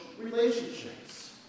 relationships